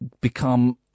become